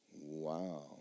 Wow